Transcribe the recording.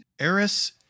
Eris